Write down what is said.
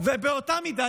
ובאותה מידה.